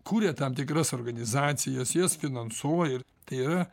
kuria tam tikras organizacijas jas finansuoja ir tai yra